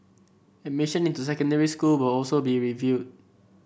admission into secondary school will also be reviewed